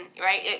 Right